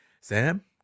Sam